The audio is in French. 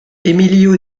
emilio